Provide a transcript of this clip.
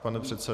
Pane předsedo.